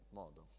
modo